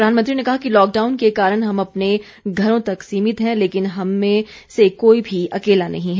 प्रधानमंत्री ने कहा कि लॉकडाउन के कारण हम अपने घरों तक सीमित हैं लेकिन हममें से कोई भी अकेला नहीं है